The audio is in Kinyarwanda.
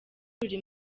ruri